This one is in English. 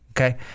okay